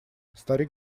старик